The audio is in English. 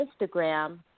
Instagram